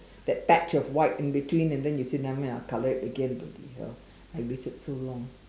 that patch of white in between and then you say nevermind I color it again bloody hell I waited so long